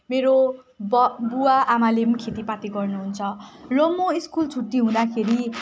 मेरो बुबा बुबाआमाले पनि खेतीपाती गर्नुहुन्छ र म स्कुल छुट्टी हुँदाखेरि